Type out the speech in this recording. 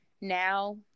now